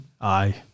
Aye